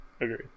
agreed